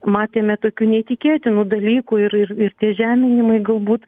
matėme tokių neįtikėtinų dalykų ir ir ir tie žeminimai galbūt